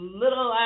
little